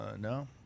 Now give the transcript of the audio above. No